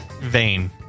Vain